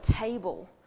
table